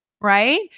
right